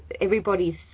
everybody's